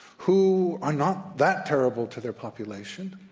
who are not that terrible to their population,